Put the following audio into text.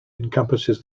encompasses